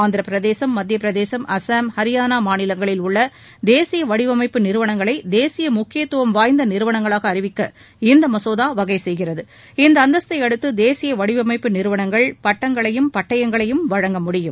ஆந்திரப்பிரதேசம் மத்தியப்பிரதேசம் அசாம் ஹரியானா மாநிலங்களில் உள்ள தேசிய வடிவமைப்பு நிறுவனங்களை தேசிய முக்கியத்துவம் வாய்ந்த நிறுவனங்களாக அறிவிக்க இந்த மசோதா வகை செய்கிறது இந்த அந்தஸ்தை அடுத்து தேசிய வடிவமைப்பு நிறுவனங்கள் பட்டங்களையும் பட்டயங்களையும் வழங்க முடியும்